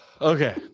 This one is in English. okay